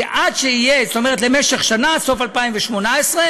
זאת אומרת, למשך שנה, סוף 2018,